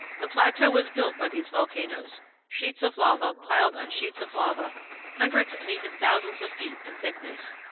the plateau was built by these volcanoes sheets of lava piled on sheets of lava hundreds and even thousands of feet in thickness.